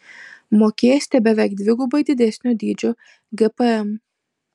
mokėsite beveik dvigubai didesnio dydžio gpm